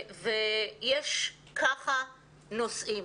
יש המון נושאים.